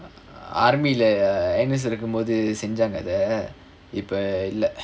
army leh N_S இருக்கும் மோது செஞ்சாங்க அத இப்ப இல்ல:irukkum mothu senjaanga atha ippa illa